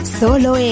solo